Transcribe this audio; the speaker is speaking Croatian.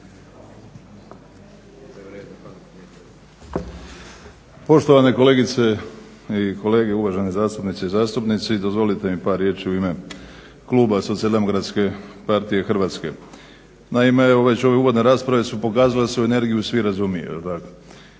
Poštovane kolegice i kolege, uvažene zastupnice i zastupnici. Dozvolite mi par riječi u ime kluba SDP-a Hrvatske. Naime, već u uvodnoj raspravi pokazalo se da se u energiju svi razumiju,